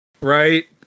Right